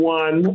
one